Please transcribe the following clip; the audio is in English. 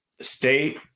state